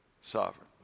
sovereign